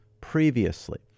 previously